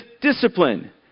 discipline